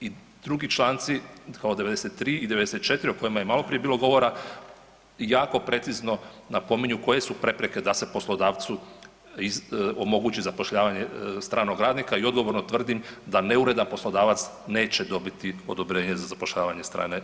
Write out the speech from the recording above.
I drugi članci kao 93. i 94. o kojima je maloprije bilo govora jako precizno napominju koje su prepreke da se poslodavcu omogući zapošljavanje stranog radnika i odgovorno tvrdim da neuredan poslodavac neće dobiti odobrenje za zapošljavanje strane radne snage.